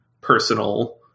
personal